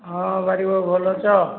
ହଁ ବାରିକ ବାବୁ ଭଲ ଅଛ